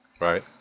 right